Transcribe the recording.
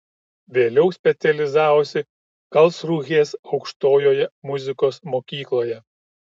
vėliau specializavosi karlsrūhės aukštojoje muzikos mokykloje